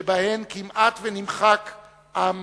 שבהן כמעט נמחק עם